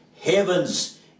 heaven's